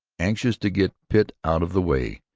anxious to get pitt out of the way,